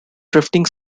drifting